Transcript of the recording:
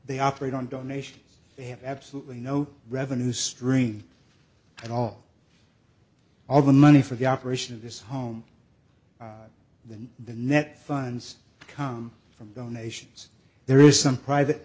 they operate on donations they have absolutely no revenue stream at all all the money for the operation of this home than the net funds come from donations there is some private